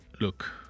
look